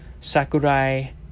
Sakurai